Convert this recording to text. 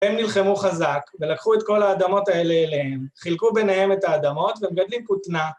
הם נלחמו חזק, ולקחו את כל האדמות האלה אליהם, חילקו ביניהם את האדמות, ומגדלים כותנה.